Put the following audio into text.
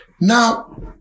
Now